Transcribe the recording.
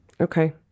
Okay